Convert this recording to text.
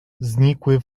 znikły